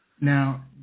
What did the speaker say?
Now